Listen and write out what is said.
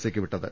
സിക്ക് വിട്ടത്